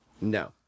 No